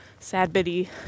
sadbitty